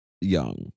young